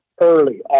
early